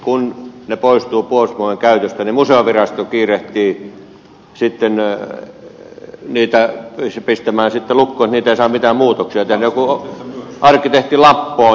kun ne poistuvat puolustusvoimien käytöstä niin museovirasto kiirehtii sitten pistämään niitä lukkoon että niihin ei saa mitään muutoksia tehdä